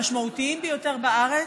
המשמעותיים ביותר בארץ.